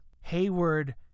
Hayward